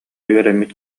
үөрэммит